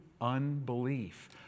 unbelief